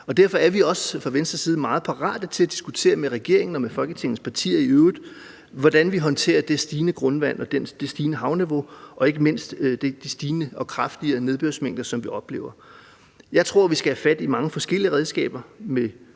Venstres side meget parate til at diskutere med regeringen og med Folketingets partier i øvrigt, hvordan vi håndterer det stigende grundvand og det stigende havnivau og ikke mindst de store og kraftigt stigende nedbørsmængder, som vi oplever. Jeg tror, at vi skal have fat i mange forskellige redskaber med